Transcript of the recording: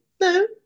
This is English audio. no